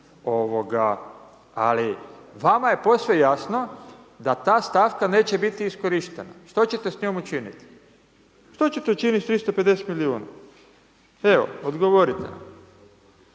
ali vama je posve jasno da ta stavka neće biti iskorištena, što će te s njom učiniti? Što će te učiniti s 350 milijuna? Evo, odgovorite